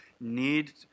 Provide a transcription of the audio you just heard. need